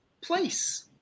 place